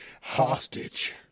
hostage